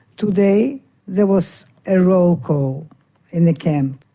today there was ah roll call in the camp.